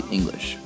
English